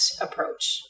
approach